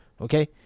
okay